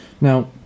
Now